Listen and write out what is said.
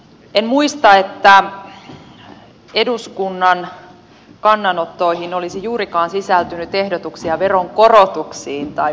en muista että eduskunnan kannanottoihin olisi juurikaan sisältynyt ehdotuksia veronkorotuksiin tai menosäästöihin